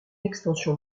extension